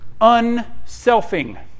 unselfing